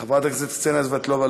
חברת הכנסת קסניה סבטלובה,